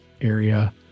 area